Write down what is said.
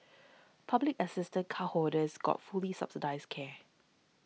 public assistance cardholders got fully subsidised care